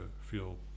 feel